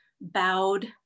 bowed